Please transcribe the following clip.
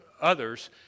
others